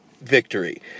victory